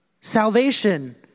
salvation